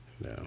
No